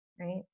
right